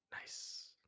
Nice